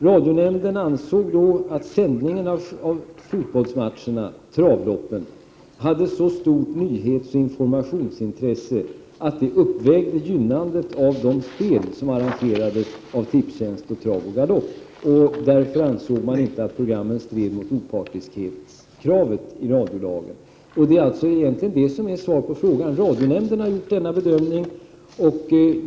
Radionämnden ansåg att sändningen av fotbollsmatcherna och travloppen hade så stort nyhetsoch informationsintresse att det uppvägde gynnandet av de spel som arrangeras av AB Tipstjänst och AB Trav och Galopp. Man ansåg därför inte att programmet stred mot kravet på opartiskhet i radiolagen. Det är således egentligen detta som är svaret på frågan. Radionämnden har gjort sin bedömning.